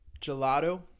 Gelato